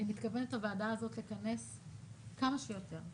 אני מתכוונת לכנס את הוועדה הזו כמה שיותר.